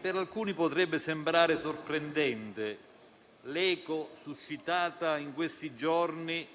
per alcuni potrebbe sembrare sorprendente l'eco suscitata in questi giorni